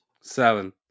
Seven